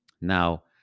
Now